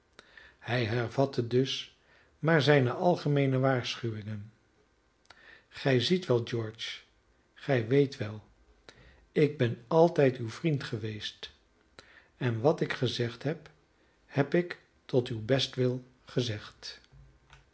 hij hervatte dus maar zijne algemeene waarschuwingen gij ziet wel george gij weet wel ik ben altijd uw vriend geweest en wat ik gezegd heb heb ik tot uw bestwil gezegd